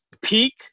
peak